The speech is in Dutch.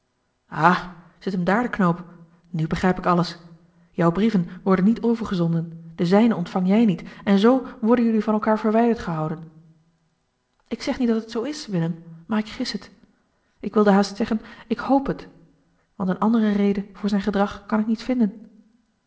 ah zit hem daar de knoop nu begrijp ik alles jou brieven worden niet overgezonden de zijne ontvang jij niet en zoo worden jullie van elkaar verwijderd gehouden ik zeg niet dat het zoo is willem maar ik gis het ik wilde haast zeggen ik hoop het want eene andere reden voor zijn gedrag kan ik niet vinden